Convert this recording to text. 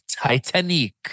Titanic